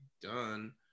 done